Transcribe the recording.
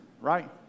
right